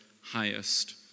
highest